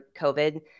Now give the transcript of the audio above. COVID